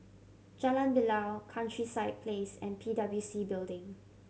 Jalan Bilal Countryside Place and P W C Building